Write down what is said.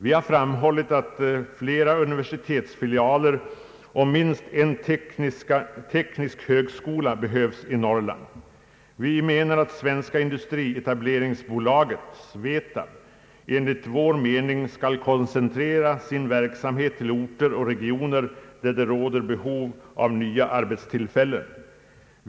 Vi har framhållit att flera universitetsfilialer och minst en teknisk högskola behövs i Norrland. Vi menar att Svenska industrietableringsaktiebolaget, SVETAB, bör koncentrera sin verksamhet till orter och regioner där det råder behov av nya arbetstillfällen.